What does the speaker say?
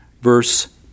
verse